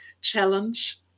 challenge